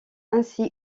ainsi